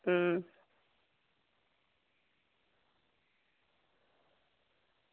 अं